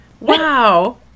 Wow